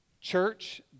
church